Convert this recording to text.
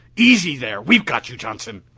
easy there! we've got you, johnson!